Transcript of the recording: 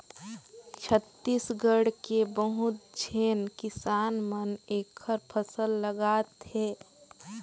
छत्तीसगढ़ के बहुत झेन किसान मन एखर फसल उगात हे